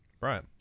Right